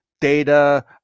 data